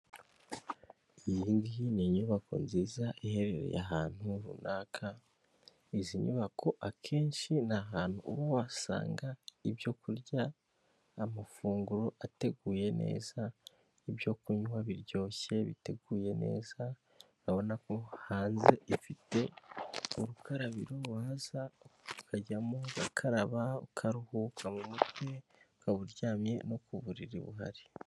Iyi ngiyi ni inyubako nziza iherereye ahantu runaka, izi nyubako akenshi ni ahantu uba wasanga ibyo kurya, amafunguro ateguye neza, ibyo kunywa biryoshye biteguye neza, urabona ko hanze ifite urukarabiro waza ukajyamo ugakaraba, ukaruhuka mu mutwe, ukaba uryamye no ku buriri buhari.